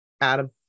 Adam